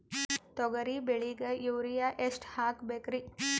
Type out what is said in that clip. ತೊಗರಿ ಬೆಳಿಗ ಯೂರಿಯಎಷ್ಟು ಹಾಕಬೇಕರಿ?